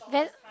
then